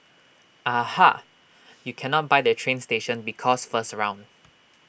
aha you cannot buy the train station because first round